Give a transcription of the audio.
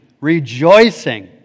rejoicing